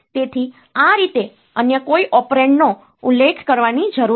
તેથી આ રીતે અન્ય કોઈ ઓપરેન્ડનો ઉલ્લેખ કરવાની જરૂર નથી